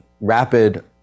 rapid